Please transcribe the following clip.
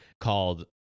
called